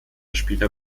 spieler